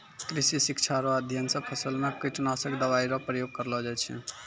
कृषि शिक्षा रो अध्ययन से फसल मे कीटनाशक दवाई रो प्रयोग करलो जाय छै